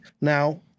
Now